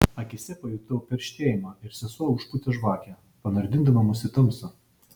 akyse pajutau perštėjimą ir sesuo užpūtė žvakę panardindama mus į tamsą